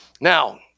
Now